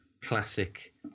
classic